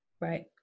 Right